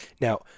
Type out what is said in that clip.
Now